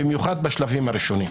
במיוחד הראשונים.